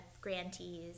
grantees